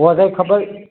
हू असांखे ख़बरु